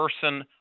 person